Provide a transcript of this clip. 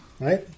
right